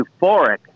euphoric